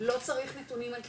לא צריך נתונים על קצבאות,